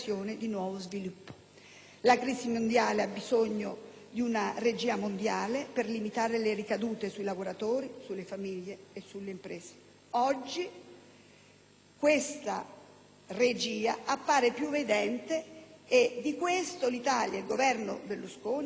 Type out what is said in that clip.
La crisi mondiale ha bisogno di una regia mondiale per limitare le ricadute sui lavoratori, sulle famiglie e sulle imprese. Oggi questa regia appare più evidente e di questo l'Italia e il Governo Berlusconi recano una